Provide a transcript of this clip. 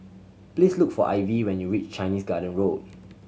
please look for Ivey when you reach Chinese Garden Road